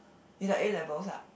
is like A-levels ah